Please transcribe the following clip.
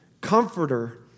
comforter